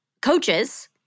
coaches